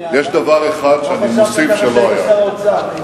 דבר אחד שאני מוסיף שלא היה עד היום.